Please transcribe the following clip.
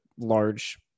large